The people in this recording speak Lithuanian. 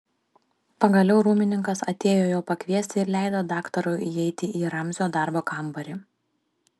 pagaliau rūmininkas atėjo jo pakviesti ir leido daktarui įeiti į ramzio darbo kambarį